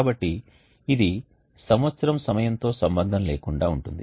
కాబట్టి ఇది సంవత్సరం సమయంతో సంబంధం లేకుండా ఉంటుంది